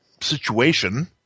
situation